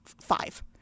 five